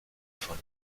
von